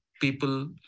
people